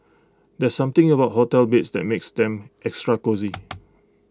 there's something about hotel beds that makes them extra cosy